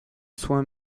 soins